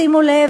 שימו לב,